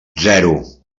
zero